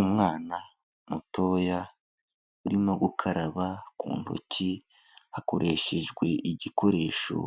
Umwana mutoya urimo gukaraba ku ntoki hakoreshejwe igikoresho